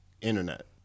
Internet